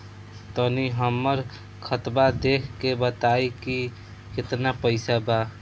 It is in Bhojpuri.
तनी हमर खतबा देख के बता दी की केतना पैसा बा?